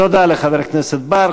תודה לחבר הכנסת בר.